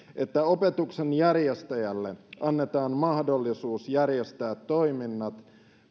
että opetuksen järjestäjälle annetaan mahdollisuus järjestää toiminnat